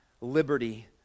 liberty